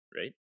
right